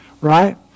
Right